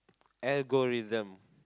algorithm